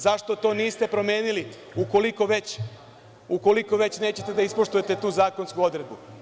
Zašto to niste promenili, ukoliko već nećete da ispoštujete tu zakonsku odredbu?